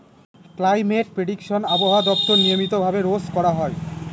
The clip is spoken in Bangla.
ক্লাইমেট প্রেডিকশন আবহাওয়া দপ্তর নিয়মিত ভাবে রোজ করা হয়